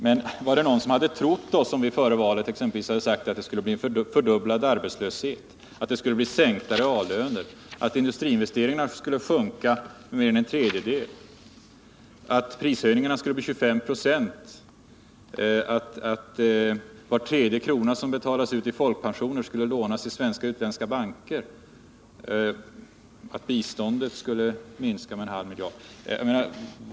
Men hade någon trott oss om vi före valet hade sagt att det skulle bli en fördubblad arbetslöshet och sänkta reallöner, att industriinvesteringarna skulle sjunka med mer än en tredjedel, att prishöjningarna skulle bli 25 96, att var tredje krona som betalas ut i folkpensioner skulle lånas i svenska och utländska banker, att biståndet skulle minska med en halv miljard?